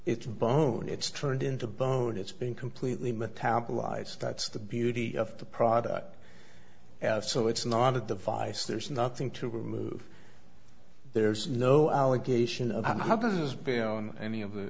it's bone it's turned into bone it's being completely metabolized that's the beauty of the product so it's not a device there's nothing to remove there's no allegation of how does being on any of the